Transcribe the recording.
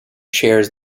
chairs